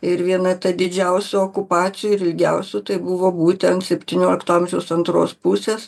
ir viena ta didžiausių okupacijų ir ilgiausių tai buvo būtent septyniolikto amžiaus antros pusės